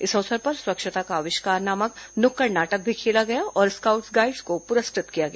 इस अवसर पर स्वच्छता का अविष्कार नामक नुक्कड़ नाटक भी खेला गया और स्काउट्स गाइड्स को पुरस्कृत किया गया